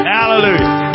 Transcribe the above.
Hallelujah